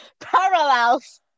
Parallels